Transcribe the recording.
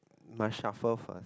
must shuffle first